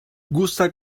gusta